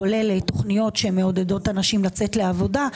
כולל תוכניות שמעודדות אנשים לצאת לעבודה.